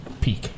peak